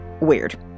weird